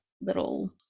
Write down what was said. little